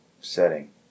setting